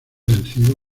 vencido